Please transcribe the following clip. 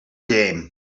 game